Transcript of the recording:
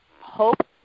hope